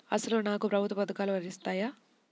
అసలు నాకు ప్రభుత్వ పథకాలు వర్తిస్తాయా?